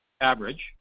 average